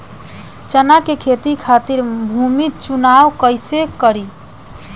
चना के खेती खातिर भूमी चुनाव कईसे करी?